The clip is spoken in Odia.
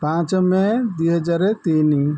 ପାଞ୍ଚ ମେ ଦୁଇହଜାର ତିନି